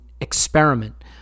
experiment